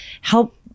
help